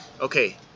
Okay